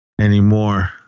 anymore